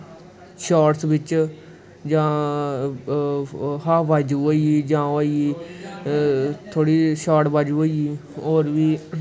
shots बिच्च जां आफ बाजु होई गेई जां ओह् होई गेई थोह्ड़ी शार्ट बाजू होई गेई होर बी